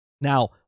now